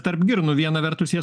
tarp girnų viena vertus jie